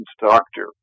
doctor